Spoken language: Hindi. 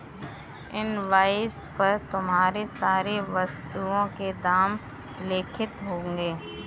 इन्वॉइस पर तुम्हारे सारी वस्तुओं के दाम लेखांकित होंगे